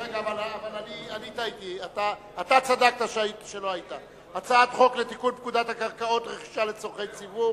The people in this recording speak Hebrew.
והסעיף הבא הוא הצעת חוק רישוי עסקים (תיקון,